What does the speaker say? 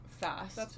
fast